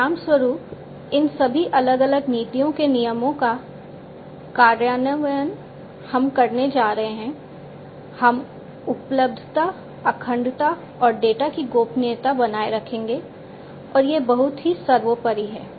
परिणामस्वरूप इन सभी अलग अलग नीतियों के नियमों का कार्यान्वयन हम करने जा रहे हैं हम उपलब्धता अखंडता और डेटा की गोपनीयता बनाए रखेंगे और यह बहुत ही सर्वोपरि है